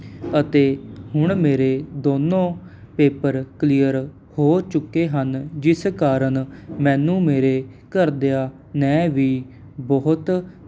ਅਤੇ ਹੁਣ ਮੇਰੇ ਦੋਨੋਂ ਪੇਪਰ ਕਲੀਅਰ ਹੋ ਚੁੱਕੇ ਹਨ ਜਿਸ ਕਾਰਨ ਮੈਨੂੰ ਮੇਰੇ ਘਰਦਿਆਂ ਨੇ ਵੀ ਬਹੁਤ